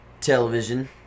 television